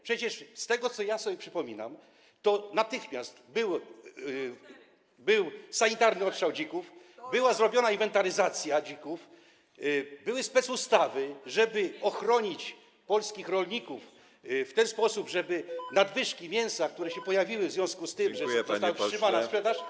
Przecież z tego, co sobie przypominam, natychmiast był sanitarny odstrzał dzików, była zrobiona inwentaryzacja dzików, były specustawy, żeby ochronić polskich rolników w ten sposób, żeby nadwyżki mięsa, które się pojawiły w związku z tym, że została wstrzymana sprzedaż.